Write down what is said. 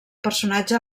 personatge